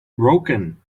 broken